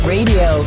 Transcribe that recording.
Radio